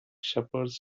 shepherds